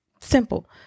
Simple